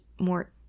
more